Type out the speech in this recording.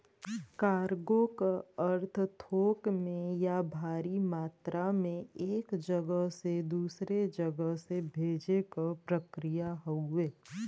cargo क अर्थ थोक में या भारी मात्रा में एक जगह से दूसरे जगह से भेजे क प्रक्रिया हउवे